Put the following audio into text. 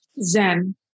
Zen